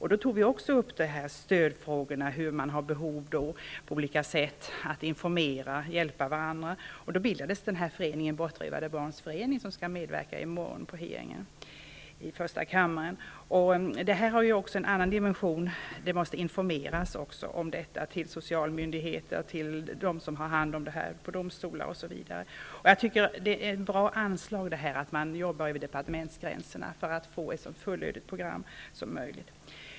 Vi berörde då också frågan om stöd, det behov av information som finns och att man måste hjälpa varandra. Sedan bildades Bortrövade barns förening, som skall medverka i morgon vid hearingen i första kammarsalen. Detta har också en annan dimension. Man måste informera socialmyndigheter och dem som har hand om dessa fall i domstolar osv. Det är ett bra anslag att man arbetar över departementsgränserna för att få ett så fullödigt program som möjligt.